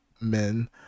men